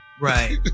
Right